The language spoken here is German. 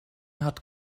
hat